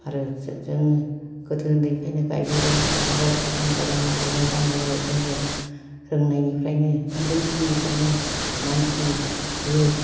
आरो जों गोदो उन्दैनिफ्रायनो गायबोबाय फुबोबाय आजां गाजां मावबोबाय दांबोबाय जोङो रोंनायनिफ्रायनो उन्दै समनिफ्रायनो मानसिनि जिउ